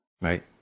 Right